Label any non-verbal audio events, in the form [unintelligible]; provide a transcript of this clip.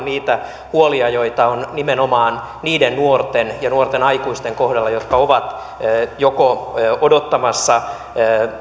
[unintelligible] niitä huolia joita on nimenomaan niiden nuorten ja nuorten aikuisten kohdalla jotka ovat joko odottamassa